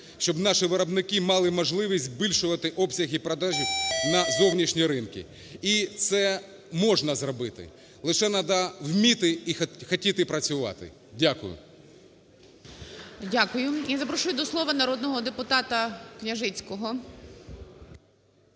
щоб наші виробники мали можливість збільшувати обсяги продажу на зовнішні ринки. І це можна зробити, лише надо вміти і хотіти працювати. Дякую. ГОЛОВУЮЧИЙ. Дякую. Я запрошую до слова народного депутата Княжицького.